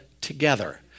together